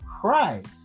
Christ